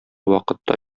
вакытта